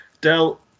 Del